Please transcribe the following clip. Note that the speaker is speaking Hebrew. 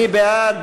מי בעד?